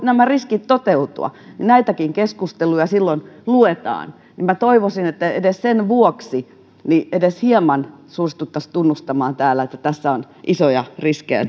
nämä riskit toteutua ja näitäkin keskusteluja silloin luetaan niin minä toivoisin että edes sen vuoksi hieman suostuttaisiin tunnustamaan täällä että tässä kehityksessä on isoja riskejä